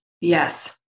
Yes